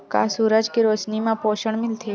का सूरज के रोशनी म पोषण मिलथे?